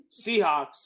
Seahawks